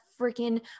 freaking